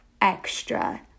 extra